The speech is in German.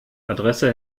adresse